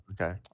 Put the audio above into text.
okay